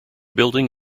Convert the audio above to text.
building